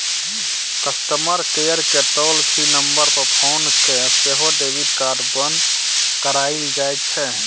customer केयरकेँ toll free number पर phone कए सेहो डेबिट कार्ड बन्न कराएल जाइ छै